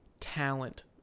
talent